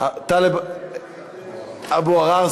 טלב אבו עראר,